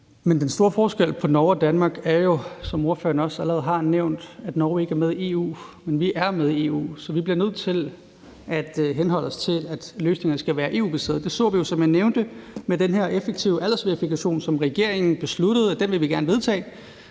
(M): Den store forskel på Norge og Danmark er jo, at Norge, som ordføreren også allerede har nævnt, ikke er med i EU. Men vi er med i EU, så vi bliver nødt til at henholde os til, at løsningerne skal være EU-baserede. Det så vi jo, som jeg nævnte, med den her effektive aldersverifikation, som regeringen besluttede skulle vedtages.